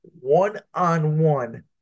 one-on-one